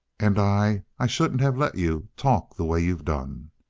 and i i shouldn't have let you talk the way you've done.